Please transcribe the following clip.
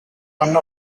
one